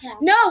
No